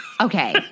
Okay